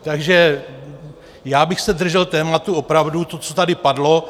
Takže já bych se držel tématu, opravdu toho, co tady padlo.